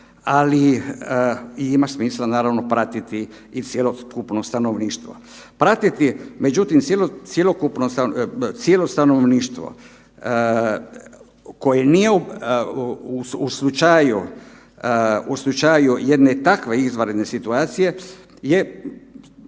ali i ima smisla naravno pratiti i cjelokupno stanovništvo. Pratiti međutim cjelokupno, cijelo stanovništvo koje nije u slučaju, u slučaju jedne takve izvanredne situacije je